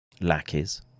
lackeys